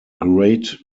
great